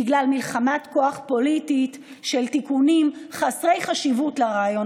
בגלל מלחמת כוח פוליטית של תיקונים חסרי חשיבות לרעיון